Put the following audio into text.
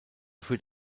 führt